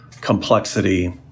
complexity